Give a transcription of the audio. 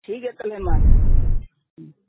ᱴᱷᱤᱠᱜᱮᱭᱟ ᱛᱟᱦᱚᱞᱮ ᱢᱟ